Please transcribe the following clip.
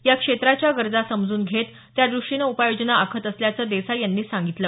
या क्षेत्राच्या गरजा समजून घेत त्याद्रष्टीनं उपाययोजना आखत असल्याचं देसाई यांनी सांगितलं